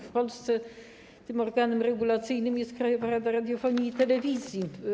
W Polsce tym organem regulacyjnym jest Krajowa Rada Radiofonii i Telewizji.